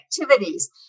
activities